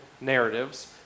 narratives